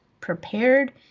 prepared